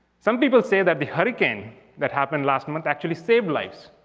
some people say that the hurricane that happened last month actually saved lives.